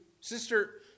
Sister